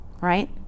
right